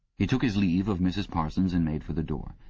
he took his leave of mrs. parsons and made for the door.